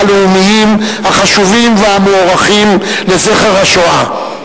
הלאומיים החשובים והמוערכים לזכר השואה,